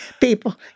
people